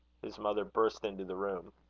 his mother burst into the room.